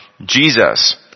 Jesus